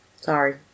Sorry